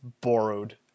borrowed